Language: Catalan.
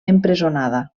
empresonada